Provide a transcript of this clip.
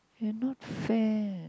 you not fair